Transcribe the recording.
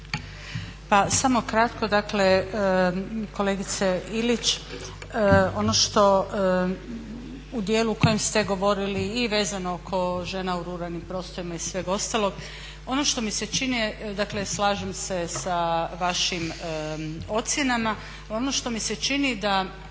Pa samo kratko, dakle kolegice Ilić ono što u dijelu u kojem ste govorili i vezano oko žena u ruralnim prostorima i svega ostalog, ono što mi se čini je dakle slažem se sa vašim ocjenama, ono što mi sa čini da